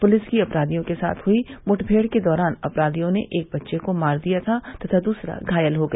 police की अपराधियों के साथ हुई मुठभेड़ के दौरान अपराधियों ने एक बच्चे को मार दिया था तथा दूसरा घायल हो गया